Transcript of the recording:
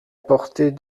portée